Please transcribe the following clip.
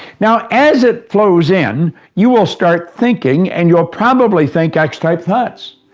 now, as it flows in, you will start thinking, and you'll probably think x-type thoughts.